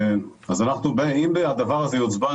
אם הדבר הזה יוצבע,